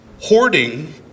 hoarding